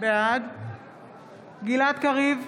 בעד גלעד קריב,